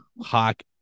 Hawk